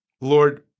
Lord